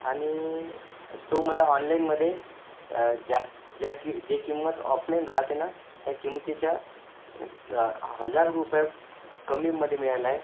आणि तो मला ऑनलाईनमध्ये जास् जा जे किंमत ओफलाईन राहाते ना त्या किंमतीच्या हजार रुपये कमीमध्ये मिळाला आहे